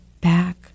back